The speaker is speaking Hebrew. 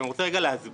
אני רוצה להסביר